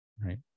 Right